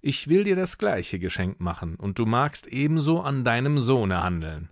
ich will dir das gleiche geschenk machen und du magst ebenso an deinem sohne handeln